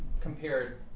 compared